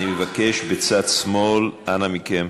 אני מבקש, בצד שמאל, אנא מכם.